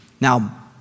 Now